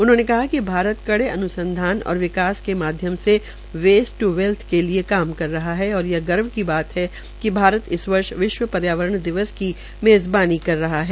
उन्होंने कहा कि भारत कड़े अन्संधान और विकास के माध्यम से बेस्ट ट्र वैल्थ के लिए काम कर रहा है और यह गर्व की बात है कि भारत इस वर्ष विश्व पर्यावरण दिवस के मेज़बानी कर रहा है